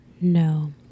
No